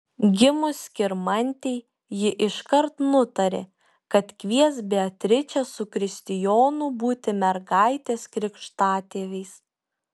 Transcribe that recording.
gimus skirmantei ji iškart nutarė kad kvies beatričę su kristijonu būti mergaitės krikštatėviais